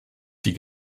die